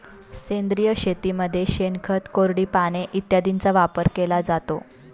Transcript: सेंद्रिय शेतीमध्ये शेणखत, कोरडी पाने इत्यादींचा वापर केला जातो